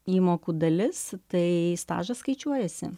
įmokų dalis tai stažas skaičiuojasi